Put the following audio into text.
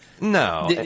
No